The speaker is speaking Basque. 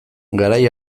garai